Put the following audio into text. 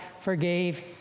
forgave